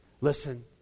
listen